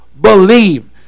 believe